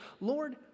Lord